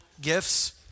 gifts